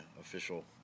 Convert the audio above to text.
official